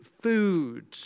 food